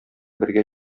бергә